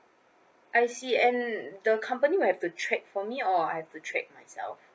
I see and the company will have to trade for me or I have to trade myself